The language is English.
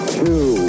two